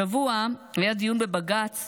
השבוע היה דיון בבג"ץ